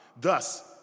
Thus